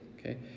okay